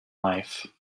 life